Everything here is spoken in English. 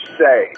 say